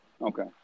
okay